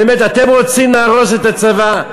באמת, אתם רוצים להרוס את הצבא?